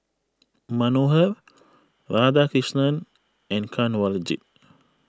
Manohar Radhakrishnan and Kanwaljit